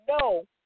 no